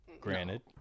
Granted